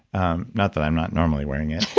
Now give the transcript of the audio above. um not that i'm not normally wearing it